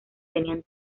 tenían